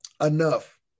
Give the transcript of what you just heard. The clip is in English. Enough